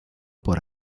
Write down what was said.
por